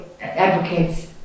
advocates